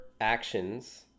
actions